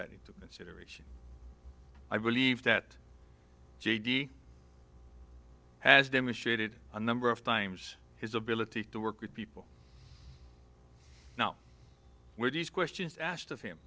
that into consideration i believe that j d has demonstrated a number of times his ability to work with people now with these questions asked